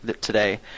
today